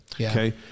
Okay